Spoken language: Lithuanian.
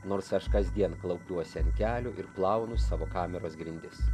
nors aš kasdien klaupiuosi ant kelių ir plaunu savo kameros grindis